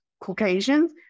Caucasians